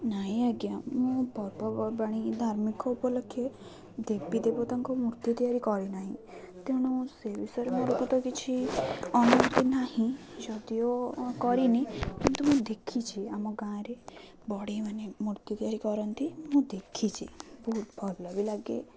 ନାହିଁ ଆଜ୍ଞା ମୁଁ ପର୍ବପର୍ବାଣୀ ଧାର୍ମିକ ଉପଲକ୍ଷେ ଦେବୀ ଦେବତାଙ୍କୁ ମୂର୍ତ୍ତି ତିଆରି କରିନାହିଁ ତେଣୁ ସେ ବିଷୟରେ ମୋର ତ କିଛି ଅନୁଭତି ନାହିଁ ଯଦିଓ କରିନି କିନ୍ତୁ ମୁଁ ଦେଖିଛି ଆମ ଗାଁରେ ବଢ଼େଇ ମାନେ ମୂର୍ତ୍ତି ତିଆରି କରନ୍ତି ମୁଁ ଦେଖିଛି ବହୁତ ଭଲ ବି ଲାଗେ